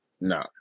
No